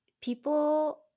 people